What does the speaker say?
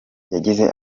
yagize